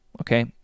okay